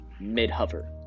mid-hover